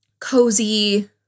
cozy